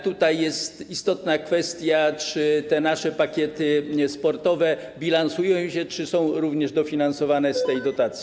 Tutaj jest istotna kwestia, czy te nasze pakiety sportowe bilansują się, czy są również dofinansowane z tej dotacji.